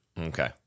Okay